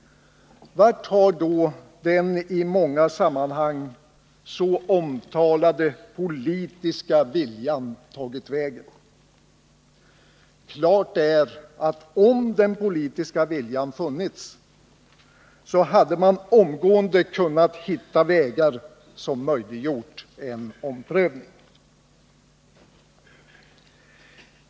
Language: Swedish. Vart har då den i många sammanhang så omtalade politiska viljan tagit vägen? Klart är att om den politiska viljan funnits, hade man omgående kunnat hitta vägar som möjliggjort att ändra och rätta till beslutet.